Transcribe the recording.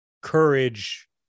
courage